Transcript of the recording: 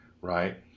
right